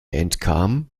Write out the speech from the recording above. entkam